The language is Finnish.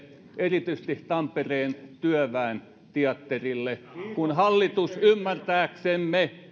erityisesti tampereen työväen teatterille kun hallitus ymmärtääksemme